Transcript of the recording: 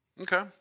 Okay